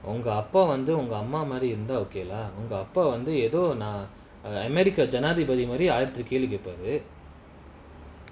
உங்கஅப்பாவந்துஉங்கஅம்மாமாதிரிஇருந்தாஉங்கஅப்பாவந்துநான்ஏதோ:unga appa vandhu unga amma madhiri iruntha unga appa vandhu nan edho america ஜனாதிபதிமாதிரிஆயிரத்தெட்டுகேள்விகேட்பாரு:janathipathi madhiri aayirathettu kelvi ketparu